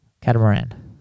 Catamaran